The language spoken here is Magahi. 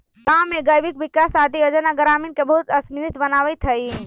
गाँव में गव्यविकास आदि योजना ग्रामीण के बहुत समृद्ध बनावित हइ